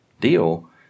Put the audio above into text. deal